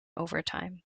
overtime